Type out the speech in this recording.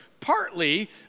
partly